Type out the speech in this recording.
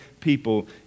people